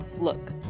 look